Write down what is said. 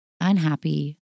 unhappy